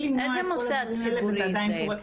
למנוע את כל הדברים האלה וזה עדיין קורה.